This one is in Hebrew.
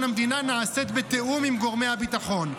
המדינה נעשית בתיאום עם גורמי הביטחון.